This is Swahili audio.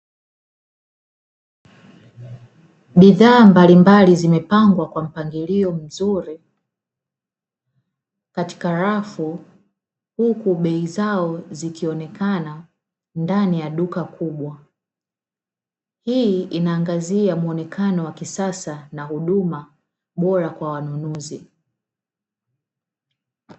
Bidhaa mbalimbali zimepangwa kwa mpangilio mzuri katika rafu huku bei zao zikionekana ndani ya duka kubwa, hii inaangazia muonekano wa kisasa na huduma bora kwa wanunuzi.